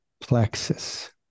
plexus